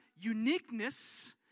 uniqueness